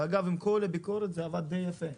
עם כל הביקורת זה עבד די יפה.